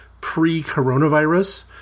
pre-coronavirus